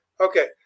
Okay